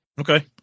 Okay